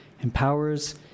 empowers